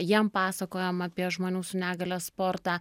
jiem pasakojam apie žmonių su negalia sportą